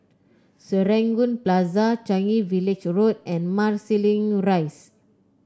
Serangoon Plaza Changi Village Road and Marsiling Rise